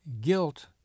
guilt